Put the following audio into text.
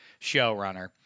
showrunner